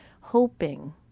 hoping